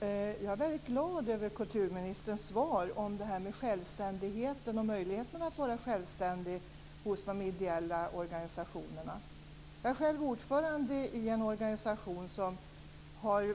Herr talman! Jag är väldigt glad över kulturministerns svar om det här med självständigheten och möjligheten att vara självständig för de ideella organisationerna. Jag är själv ordförande i en organisation som